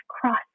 cross